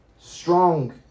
strong